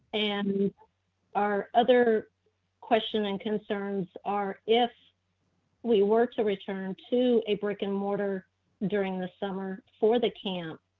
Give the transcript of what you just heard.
and our other question and concerns are if we were to return to a brick and mortar during the summer for the camp,